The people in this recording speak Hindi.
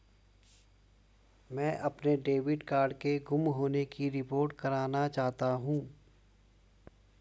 मैं अपने डेबिट कार्ड के गुम होने की रिपोर्ट करना चाहती हूँ